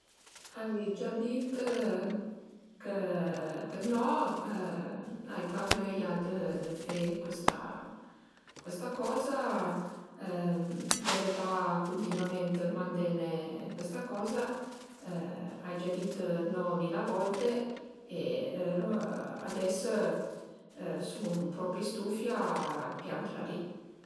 Ai gia dit chë chë no, ai pa vöia dë fe cuesta cuesta coza, deve pa cuntinuament mandeme cuesta coza, ai gia dit no mila volte e ades sun propi stufia, piant'la li